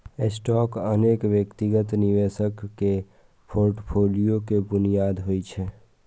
stock अनेक व्यक्तिगत निवेशक के फोर्टफोलियो के बुनियाद होइ छै